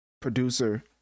producer